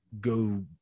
go